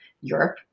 Europe